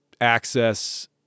access